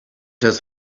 does